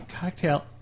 cocktail